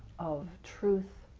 of truth,